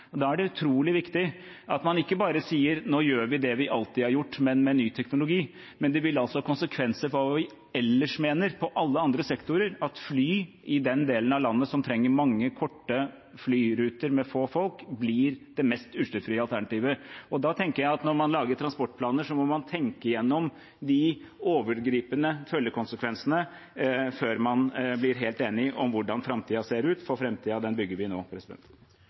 Da er det utrolig viktig at man ikke bare sier at man gjør det man alltid har gjort, men med ny teknologi. Det vil ha konsekvenser for hva vi ellers mener i alle andre sektorer, at fly i den delen av landet som trenger mange korte flyruter med få folk, blir det mest utslippsfrie alternativet. Da tenker jeg at man når man lager transportplaner, må tenke gjennom de overgripende følgekonsekvensene før man blir helt enig om hvordan framtiden ser ut – for framtiden bygger vi nå.